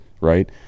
right